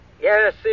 Yes